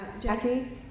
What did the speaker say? Jackie